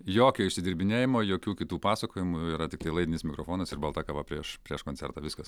jokio išsidirbinėjimo jokių kitų pasakojimų yra tiktai laidinis mikrofonas ir balta kava prieš prieš koncertą viskas